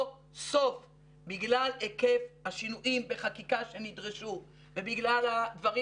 בגלל היקף השינויים שנדרשו בחקיקה ובגלל הדברים